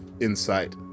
insight